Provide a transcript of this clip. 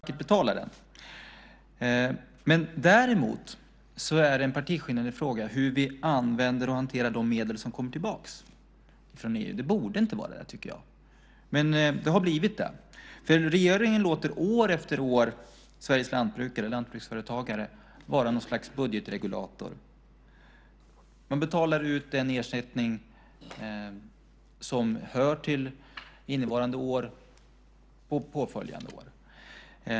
Herr talman! Avgiften till Europeiska gemenskapen är ingen partiskiljande fråga. Vi har en avgift. Den är hög, men vi får vackert betala den. Däremot är det en partiskiljande fråga hur vi använder och hanterar de medel som kommer tillbaka från EU. Det borde inte vara det, tycker jag, men det har blivit det. Regeringen låter nämligen år efter år Sveriges lantbruksföretagare vara något slags budgetregulator. Man betalar ut den ersättning som hör till innevarande år under påföljande år.